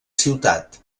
ciutat